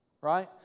Right